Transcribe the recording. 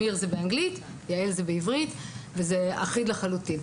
מבחן אמיר הוא בעברית ומבחן יע"ל הוא בעברית וזה אחד לחלוטין.